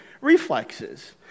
reflexes